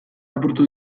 apurtu